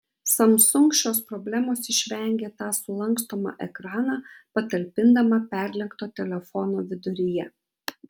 samsung šios problemos išvengė tą sulankstomą ekraną patalpindama perlenkto telefono viduryje